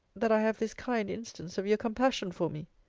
that i have this kind instance of your compassion for me?